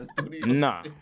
Nah